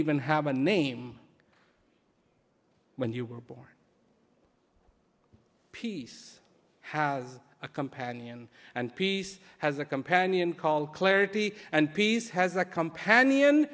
even have a name when you were born peace has a companion and peace has a companion called clarity and peace has a companion